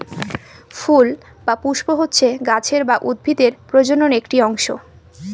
ফুল বা পুস্প হচ্ছে গাছের বা উদ্ভিদের প্রজনন একটি অংশ